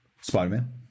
Spider-Man